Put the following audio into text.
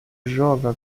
joga